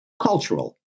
cultural